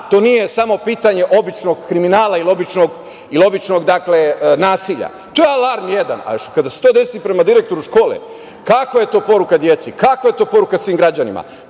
to nije samo pitanje običnog kriminala ili običnog nasilja, to je alarm jedan, još kada se to desi prema direktoru škole, kakva je to poruka deci, kakva je to poruka svim građanima?